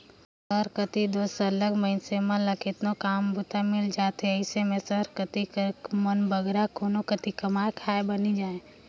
सहर कती दो सरलग मइनसे मन ल केतनो काम बूता मिल जाथे अइसे में सहर कती कर मन बगरा कोनो कती कमाए खाए बर नी जांए